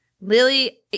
Lily